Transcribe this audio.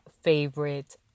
favorite